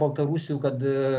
baltarusių kad